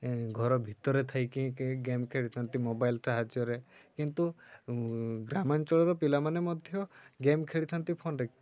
ଘର ଭିତରେ ଥାଇକି ଗେମ୍ ଖେଳିଥାନ୍ତି ମୋବାଇଲ୍ ସାହାଯ୍ୟରେ କିନ୍ତୁ ଗ୍ରାମାଞ୍ଚଳର ପିଲାମାନେ ମଧ୍ୟ ଗେମ୍ ଖେଳିଥାନ୍ତି ଫୋନ୍ରେ